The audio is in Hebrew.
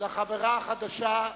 לחברה החדשה.